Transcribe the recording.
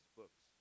books